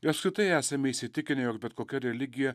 ir apskritai esame įsitikinę jog bet kokia religija